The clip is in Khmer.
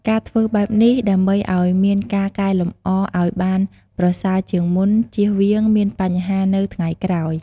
ការធ្វើបែបនេះ ដើម្បីអោយមានការកែលម្អអោយបានប្រសើរជាងមុនជៀសវៀងមានបញ្ហានៅថ្ងៃក្រោយ។